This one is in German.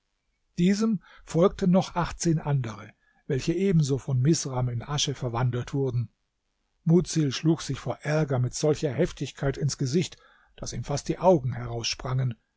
diesem folgten noch achtzehn andere welche ebenso von misram in asche verwandelt wurden mudsil schlug sich vor ärger mit solcher heftigkeit ins gesicht daß ihm fast die augen heraussprangen